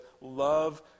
love